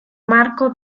marco